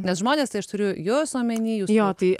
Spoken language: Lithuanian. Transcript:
nes žmonės tai aš turiu juos omeny jo tai